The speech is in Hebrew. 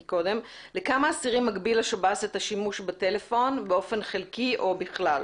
לכמה אסירים מגביל השב"ס את השימוש בטלפון באופן חלקי או בכלל?